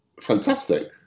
fantastic